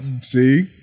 See